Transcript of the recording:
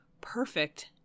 perfect